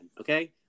okay